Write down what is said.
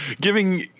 giving